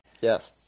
Yes